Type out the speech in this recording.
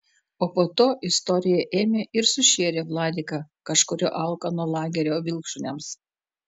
o po to istorija ėmė ir sušėrė vladiką kažkurio alkano lagerio vilkšuniams